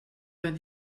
vingt